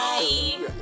Bye